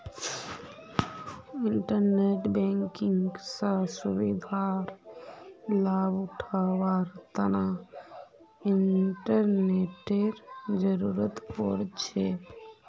internet banking स सुविधार लाभ उठावार तना इंटरनेटेर जरुरत पोर छे